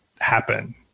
happen